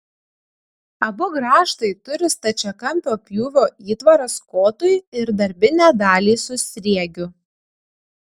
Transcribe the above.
abu grąžtai turi stačiakampio pjūvio įtvaras kotui ir darbinę dalį su sriegiu